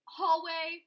hallway